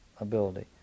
ability